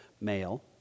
male